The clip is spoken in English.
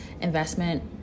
investment